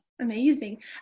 Amazing